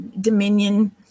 dominion